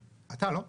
אתה, לא?